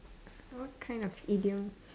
what kind of idiom